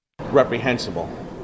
Reprehensible